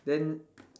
then